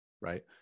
right